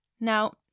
Now